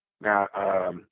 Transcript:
Now